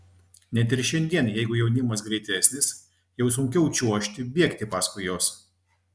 net ir šiandien jeigu jaunimas greitesnis jau sunkiau čiuožti bėgti paskui juos